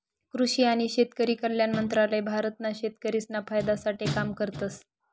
कृषि आणि शेतकरी कल्याण मंत्रालय भारत ना शेतकरिसना फायदा साठे काम करतस